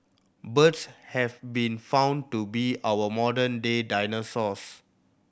birds have been found to be our modern day dinosaurs